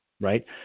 right